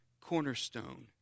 cornerstone